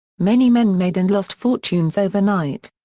many men made and lost fortunes overnight.